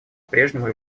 прежнему